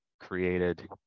created